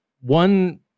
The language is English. One